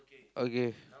okay